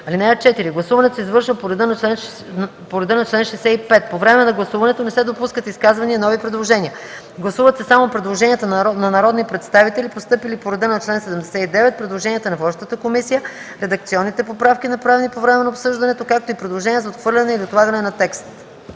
(4) Гласуването се извършва по реда на чл. 65. По време на гласуването не се допускат изказвания и нови предложения. Гласуват се само предложенията на народни представители, постъпили по реда на чл. 79, предложенията на водещата комисия, редакционните поправки, направени по време на обсъждането, както и предложения за отхвърляне или отлагане на текст.”